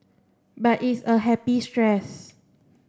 but it's a happy stress